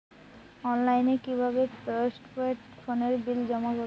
অনলাইনে কি ভাবে পোস্টপেড ফোনের বিল জমা করব?